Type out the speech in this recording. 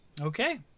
Okay